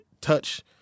touch